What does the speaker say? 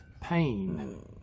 pain